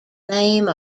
name